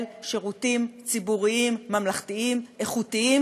שירותים ציבוריים ממלכתיים איכותיים,